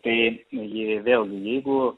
tai gi vėlgi jeigu